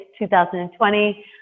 2020